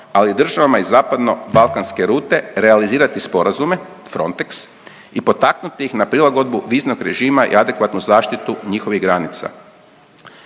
ali i državama iz zapadno balkanske rute realizirati sporazume Frontex i potaknuti ih na prilagodbu viznog režima i adekvatnu zaštitu njihovih granica.